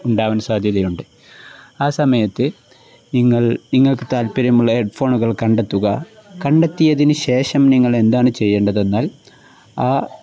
ഉണ്ടാവൻ സാധ്യതയുണ്ട് ആ സമയത്ത് നിങ്ങൾ നിങ്ങൾക്ക് താൽപര്യമുള്ള ഹെഡ്ഫോണുകൾ കണ്ടെത്തുക കണ്ടെത്തിയതിന് ശേഷം നിങ്ങളെന്താണ് ചെയ്യേണ്ടതെന്നാൽ ആ